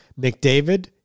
McDavid